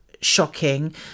shocking